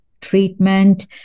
treatment